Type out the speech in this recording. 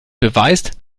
beweist